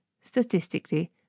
statistically